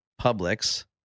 Publix